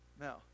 Now